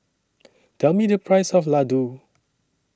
Tell Me The Price of Ladoo